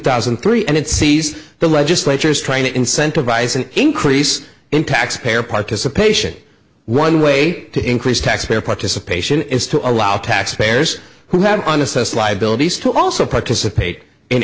thousand and three and it sees the legislature is trying to incentivize an increase in taxpayer participation one way to increase taxpayer participation is to allow taxpayers who have an assessed liabilities to also participate in